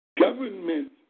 Government